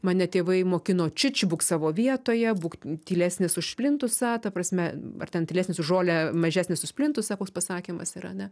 mane tėvai mokino čič būk savo vietoje būk tylesnis už plintusą ta prasme ar ten tylesnis žolę mažesnis už plintusą koks pasakymas yra ne